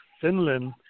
Finland